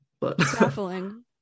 Baffling